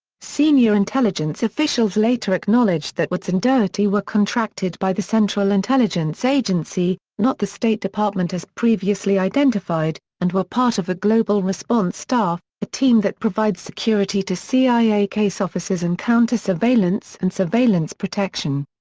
senior intelligence officials later acknowledged that woods and doherty were contracted by the central intelligence agency, not the state department as previously identified, and were part of a global response staff, a team that provides security to cia case officers and countersurveillance and surveillance protection.